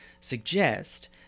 suggest